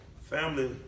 Family